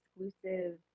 exclusive